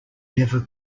never